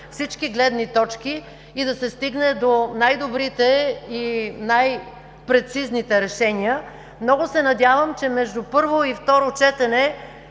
всички гледни точки и да се стигне до най-добрите и най-прецизните решения. Много се надявам, че между първо и второ четене